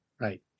Right